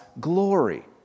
glory